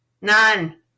None